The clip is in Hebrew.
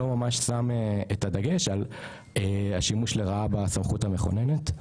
לא ממש שם את הדגש על השימוש לרעה בסמכות המכוננת,